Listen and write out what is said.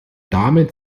damit